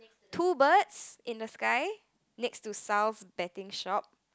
two birds in the sky next to Sal's betting shop